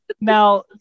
Now